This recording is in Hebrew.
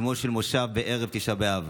בסיומו של מושב בערב תשעה באב,